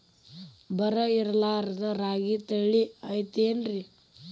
ಬರ ಇರಲಾರದ್ ರಾಗಿ ತಳಿ ಐತೇನ್ರಿ?